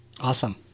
Awesome